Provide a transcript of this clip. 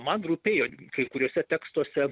man rūpėjo kai kuriuose tekstuose